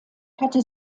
hatte